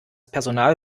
personal